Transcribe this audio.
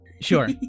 Sure